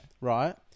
Right